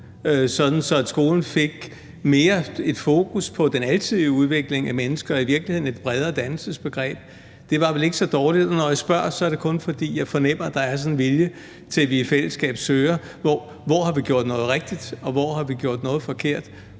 så skolen mere fik et fokus på den alsidige udvikling af mennesker og i virkeligheden et bredere uddannelsesbegreb. Det var vel ikke så dårligt. Når jeg spørger, er det kun, fordi jeg fornemmer, at der er en vilje til, at vi i fællesskab søger svar, altså hvor vi har gjort noget rigtigt, og hvor vi har gjort noget forkert.